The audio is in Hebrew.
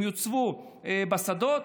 הן יוצבו בשדות,